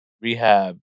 rehab